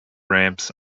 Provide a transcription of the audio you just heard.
ramps